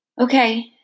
Okay